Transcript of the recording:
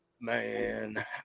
man